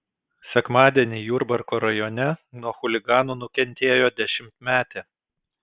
sekmadienį jurbarko rajone nuo chuliganų nukentėjo dešimtmetė